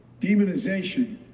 demonization